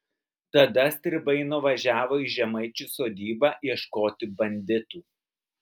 tada stribai nuvažiavo į žemaičių sodybą ieškoti banditų